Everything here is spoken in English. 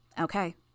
Okay